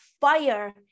fire